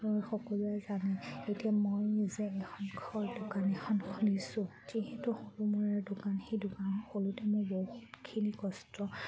সকলোৱে জানে এতিয়া মই নিজে এখন ধৰ দোকান এখন খুলিছোঁ যিহেতু সৰু দোকান সেই দোকান খোলোঁতে মোৰ বহুতখিনি কষ্ট